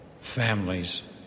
families